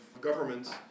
governments